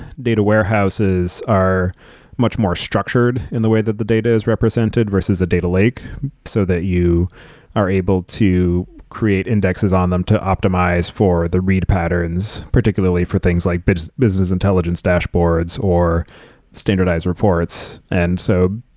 data warehouses are much more structured in the way that the data is represented versus a data lake so that you are able to create indexes on them to optimize for the read patterns, particularly for things like but business intelligence dashboards or standardize reports. and so,